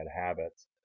habits